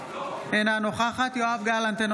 אינה נוכחת יואב גלנט,